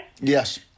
yes